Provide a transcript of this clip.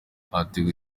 hateguwe